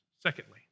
Secondly